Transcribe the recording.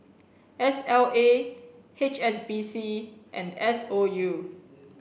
S L A H S B C and S O U